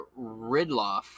Ridloff